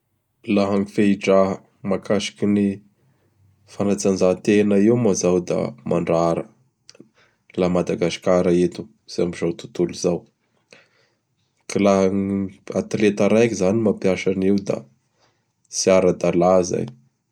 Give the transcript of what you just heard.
Laha ny fehidraha mahakasiky ny fanatanjahantena io moa zao da mandrara; laha a Madagasikara eto sy amin'izao tontolo izao; K laha gn'atleta raiky zany mampiasa anio da tsy ara-dalà zay.